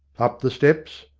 up the steps.